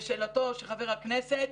לשאלתו של חבר הכנסת,